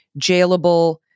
jailable